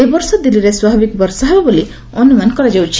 ଏବର୍ଷ ଦିଲ୍ଲୀରେ ସ୍ୱାଭାବିକ ବର୍ଷା ହେବ ବୋଲି ଅନୁମାନ କରାଯାଇଛି